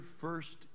first